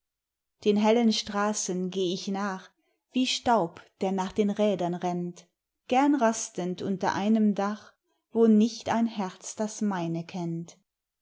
den hellen straßen geh ich nach wie staub der nach den rädern rennt gern rastend unter einem dach wo nicht ein herz das meine kennt